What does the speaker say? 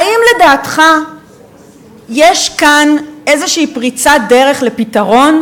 האם לדעתך יש כאן איזושהי פריצת דרך לפתרון,